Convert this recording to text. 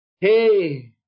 Hey